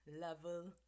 level